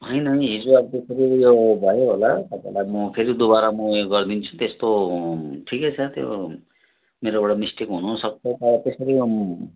होइन हिजो अब त्यस्तो उयो भयो होला तपाईँलाई म फेरि दोबारा उयो गरिदिन्छु त्यस्तो ठिकै छ त्यो मेरोबाट मिस्टेक हुनु सक्छ तर त्यसरी